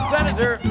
Senator